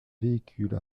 véhicule